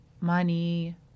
money